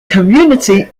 community